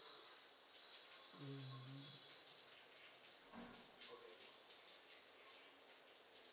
mm